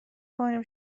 کنیم